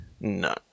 No